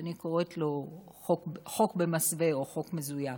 שאני קוראת לו חוק במסווה או חוק מזויף.